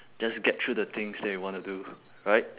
just get through the things that we wanna do right